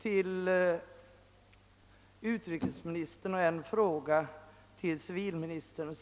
till utrikesministern och en till civilministern.